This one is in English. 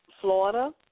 Florida